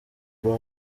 brown